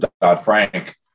Dodd-Frank